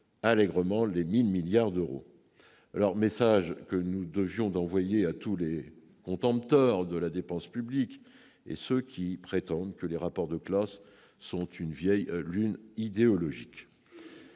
allègrement les 1 000 milliards d'euros. Nous nous devions d'envoyer ce message à tous les contempteurs de la dépense publique et à ceux qui prétendent que les « rapports de classe » sont une vieille lune idéologique.